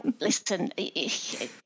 listen